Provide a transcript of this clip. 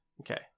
okay